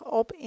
op